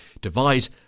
divide